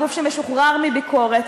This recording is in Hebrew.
גוף שמשוחרר מביקורת?